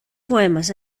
poemes